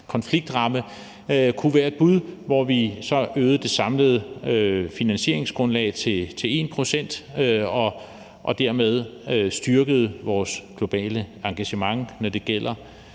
konfliktramme – kunne være et bud, hvor vi så øgede det samlede finansieringsgrundlag til 1 pct. og dermed styrkede vores globale engagement, når det gælder